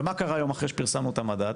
ומה קורה אחרי שפרסמנו את המדד?